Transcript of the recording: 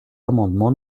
amendement